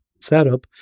setup